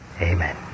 Amen